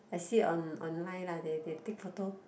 I see on online lah they they take photo